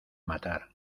matar